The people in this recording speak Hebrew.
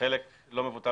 חלק לא מבוטל